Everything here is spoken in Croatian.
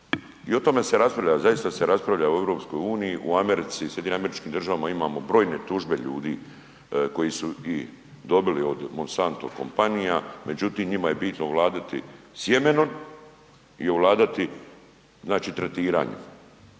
I o tome se raspravlja, zaista se raspravlja u EU, u Americi, SAD-u imamo brojne tužbe ljudi koji su i dobili od Mosanto kompanija, međutim njima je bitno ovladati sjemenom i ovladati znači tretiranjem